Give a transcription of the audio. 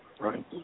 right